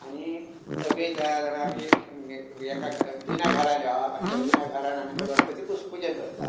आनी सगळीं तयार जावन आमी एका घरा जुन्या घरान येवप आनी त्या जुन्या घरान आमी तो गणपती पूज पुजन करता